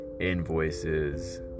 invoices